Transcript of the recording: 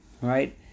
right